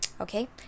Okay